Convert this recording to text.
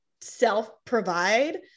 self-provide